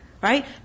Right